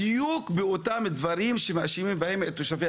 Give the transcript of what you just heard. בדיוק באותם דברים שבהם מאשימים את תושבי